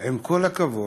עם כל הכבוד,